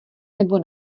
nebo